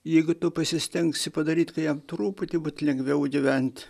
jeigu tu pasistengsi padaryt ka jam truputį būt lengviau gyvent